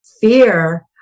fear